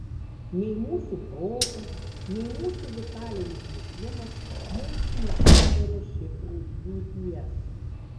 nei mūsų protas nei mūsų vitalinis juslumas mums neatveria šifrų būties